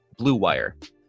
BLUEWIRE